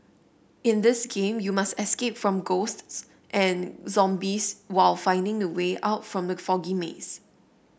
in this game you must escape from ghosts and zombies while finding the way out from the foggy maze